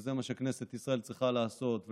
וזה מה שכנסת ישראל צריכה לעשות,